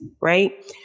right